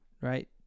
right